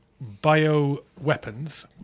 bio-weapons